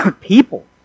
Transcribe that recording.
people